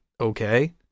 okay